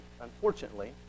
unfortunately